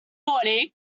morning